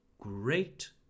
Great